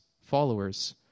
Followers